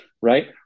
right